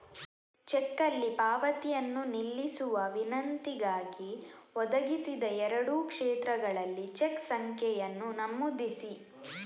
ಚೆಕ್ನಲ್ಲಿ ಪಾವತಿಯನ್ನು ನಿಲ್ಲಿಸಲು ವಿನಂತಿಗಾಗಿ, ಒದಗಿಸಿದ ಎರಡೂ ಕ್ಷೇತ್ರಗಳಲ್ಲಿ ಚೆಕ್ ಸಂಖ್ಯೆಯನ್ನು ನಮೂದಿಸಿ